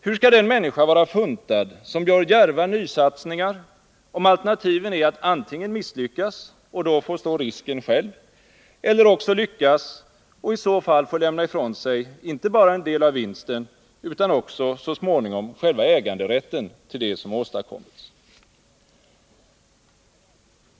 Hur skall den människa vara funtad som gör djärva nysatsningar, om alternativen är att antingen misslyckas och då få stå risken själv eller också lyckas och i så fall få lämna ifrån sig inte bara en del av vinsten utan också så småningom själva äganderätten till det som åstadkommits?